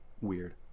weird